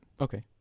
Okay